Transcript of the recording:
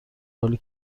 حالی